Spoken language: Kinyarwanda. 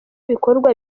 bikorwa